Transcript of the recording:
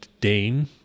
Dane